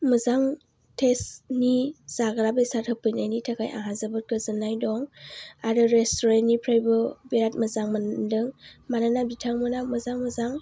मोजां थेस्टनि जाग्रा बेसाद होफैनायनि थाखाय आंहा जोबोद गोजोन्नाय दं आरो रेस्टुरेन्टनिफ्रायबो बिराद मोजां मोनदों मानोना बिथांमोनहा मोजां मोजां